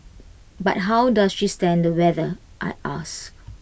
but how does she stand the weather I ask